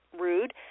rude